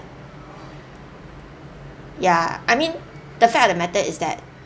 ya I mean the fact of the matter is that